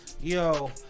yo